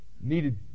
needed